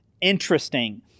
interesting